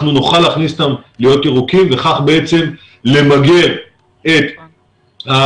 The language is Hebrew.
אנחנו נוכל להכניס אותם להיות ירוקים וכך בעצם למגר את העלייה